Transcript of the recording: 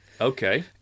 Okay